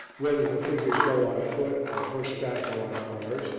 whether the figures go on foot, on horseback, or on cars,